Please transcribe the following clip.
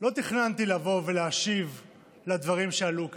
לא תכננתי לבוא ולהשיב על הדברים שעלו כאן,